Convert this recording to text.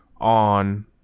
on